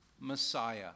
Messiah